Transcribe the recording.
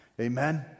Amen